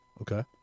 okay